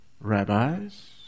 rabbis